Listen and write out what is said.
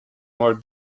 more